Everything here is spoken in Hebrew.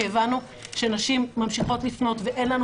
כי הבנו שנשים ממשיכות לפנות ואין לנו